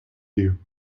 you